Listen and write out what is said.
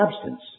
substance